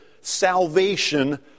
salvation